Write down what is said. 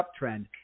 uptrend